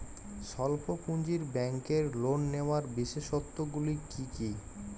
স্বল্প পুঁজির ব্যাংকের লোন নেওয়ার বিশেষত্বগুলি কী কী?